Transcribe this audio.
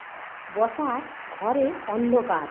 বসার ঘরে অন্ধকার